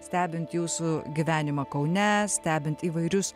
stebint jūsų gyvenimą kaune stebint įvairius